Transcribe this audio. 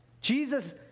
Jesus